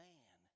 Man